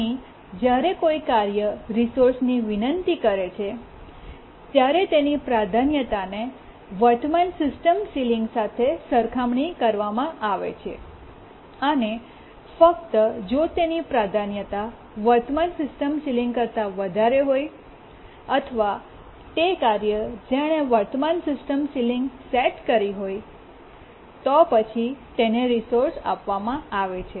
અહીં જ્યારે કોઈ કાર્ય રિસોર્સની વિનંતી કરે છે ત્યારે તેની પ્રાધાન્યતાને વર્તમાન સિસ્ટમની સીલીંગ સાથે સરખામણી કરવામાં આવે છે અને ફક્ત જો તેની પ્રાધાન્યતા વર્તમાન સિસ્ટમ સીલીંગ કરતા વધારે હોય અથવા તે કાર્ય જેણે વર્તમાન સિસ્ટમની સીલીંગ સેટ કરી હોય તો પછી તેને રિસોર્સ આપવામાં આવે છે